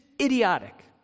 idiotic